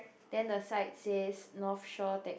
then the side says North Shore tax